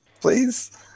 please